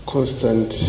Constant